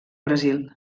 brasil